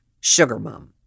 sugarmom